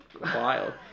wild